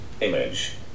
Image